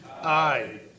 Aye